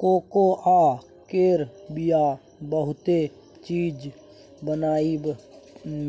cocoa केर बिया बहुते चीज बनाबइ